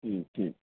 جی ٹیھک